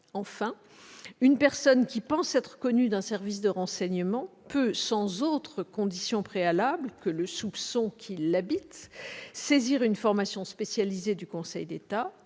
Enfin, une personne qui pense être connue d'un service de renseignement peut, sans autre condition préalable que le soupçon qui l'habite, saisir une formation spécialisée du Conseil d'État